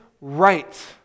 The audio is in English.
Right